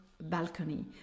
balcony